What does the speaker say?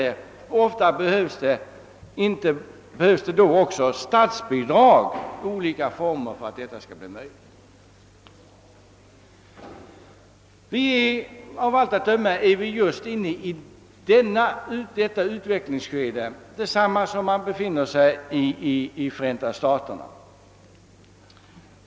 Det behövs statsbidrag i olika former för att detta skall bli möjligt. Av allt att döma är vi just inne i detta utvecklingsskede, detsamma som i Förenta staterna.